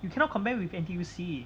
you cannot compare with N_T_U_C